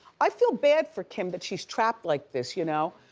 i feel bad for kim that she's trapped like this, you know,